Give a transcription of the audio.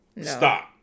stop